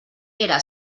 era